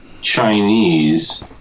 Chinese